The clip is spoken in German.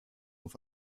auf